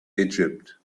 egypt